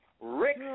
Rick